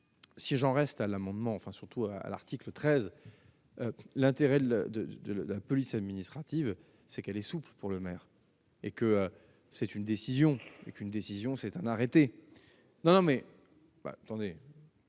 Si j'en reste à l'amendement, enfin surtout à à l'article 13 l'intérêt l'de de la police administrative, c'est qu'elle est souple pour le maire et que c'est une décision et qu'une décision, c'est un arrêté non mais dans les.